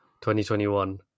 2021